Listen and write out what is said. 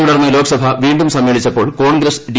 തുടർന്ന് ലോക്സഭ വീും സമ്മേളിച്ചപ്പോൾ കോൺഗ്രസ് ഡി